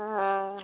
हँ